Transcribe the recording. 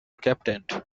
captained